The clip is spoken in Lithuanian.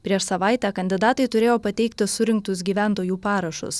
prieš savaitę kandidatai turėjo pateikti surinktus gyventojų parašus